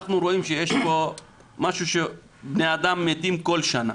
אנחנו רואים שיש פה בני אדם שמתים כל שנה,